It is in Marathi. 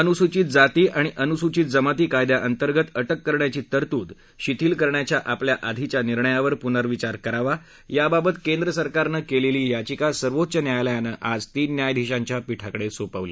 अनुसूचित जाती आणि अनुसूचित जमाती कायद्याअंतगत अटक करण्याची तरतूद शिथिल करण्याच्या आपल्या आधीच्या निर्णयावर पूनर्विचार करावा याबाबत केंद्र सरकारनं केलेली याचिका सर्वोच्च न्यायालयानं आज तीन न्यायाधिशांच्या पीठाकडे सोपवली